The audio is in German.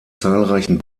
zahlreichen